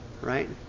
Right